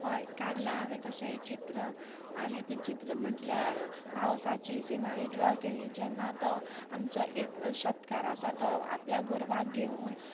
हय काडलां हांवें तशें चित्र आनी चित्र म्हणल्यार पावसाची सिनरी ड्रॉ केल्ली जेन्ना तो आमचो एक शेतकार आसा तो आपल्या गोरवाक घेवन